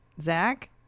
Zach